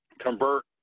convert